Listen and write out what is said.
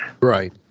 Right